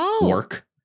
work